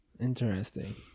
Interesting